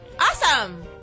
Awesome